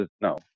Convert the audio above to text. No